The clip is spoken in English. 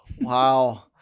Wow